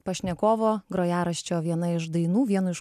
pašnekovo grojaraščio viena iš dainų vienu iš